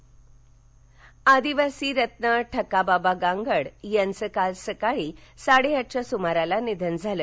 ठकावावा अहमदनगर आदिवासी रत्न ठकाबाबा गांगड यांचं काल सकाळी साडेआठच्या सुमारास निधन झालं